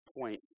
point